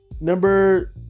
number